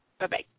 Bye-bye